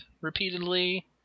repeatedly